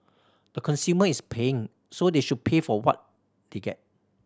the consumer is paying so they should pay for what they get